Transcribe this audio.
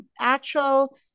actual